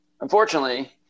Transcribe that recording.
Unfortunately